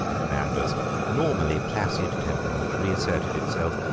amanda's normally placid temperament reasserted itself.